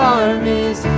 armies